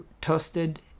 toasted